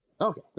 Okay